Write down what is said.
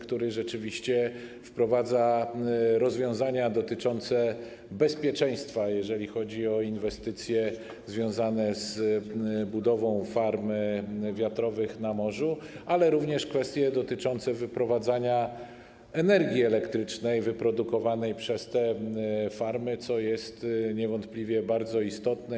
który rzeczywiście wprowadza rozwiązania dotyczące bezpieczeństwa, jeżeli chodzi o inwestycje związane z budową farm wiatrowych na morzu, ale również kwestie dotyczące wyprowadzania energii elektrycznej wyprodukowanej przez te farmy, co jest niewątpliwie bardzo istotne.